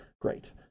Great